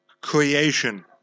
creation